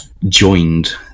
Joined